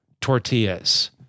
tortillas